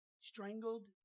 strangled